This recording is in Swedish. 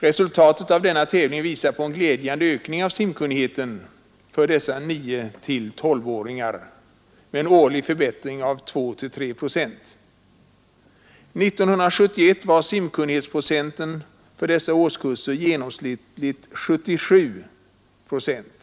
Resultatet av denna tävling visar på en glädjande ökning av simkunnigheten för dessa 9-—12-åringar, med en årlig förbättring på 2 å 3 procent. Är 1971 var simkunnighetsprocenten för dessa årskurser genomsnittligt 77 procent.